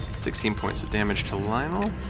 sixteen points of damage to lionel.